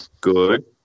Good